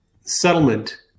settlement